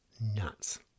nuts